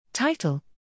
Title